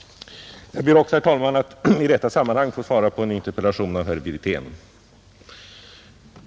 Jag ber också, herr talman, att i detta sammanhang få svara på en interpellation av herr Wirtén.